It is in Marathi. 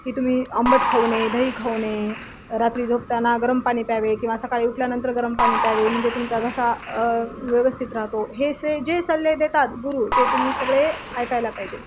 की तुम्ही आंबट खाऊ नये दही खाऊ नये रात्री झोपताना गरम पाणी प्यावे किंवा सकाळी उठल्यानंतर गरम पाणी प्यावे म्हणजे तुमचा घसा व्यवस्थित राहतो हे असे जे सल्ले देतात गुरू ते तुम्ही सगळे ऐकायला पाहिजे